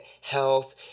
health